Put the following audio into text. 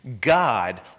God